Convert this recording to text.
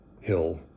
hill